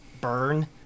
burn